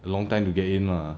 long time to get in lah